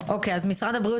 משרד הבריאות,